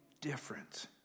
different